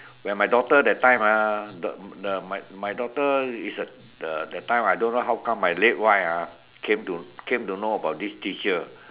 when my daughter that time ah the the my my daughter is a the that time I don't know how come my late wife ah came to came to know about this teacher